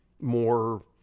more